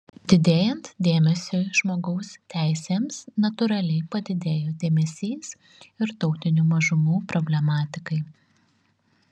didėjant dėmesiui žmogaus teisėms natūraliai padidėjo dėmesys ir tautinių mažumų problematikai